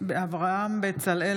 אברהם בצלאל,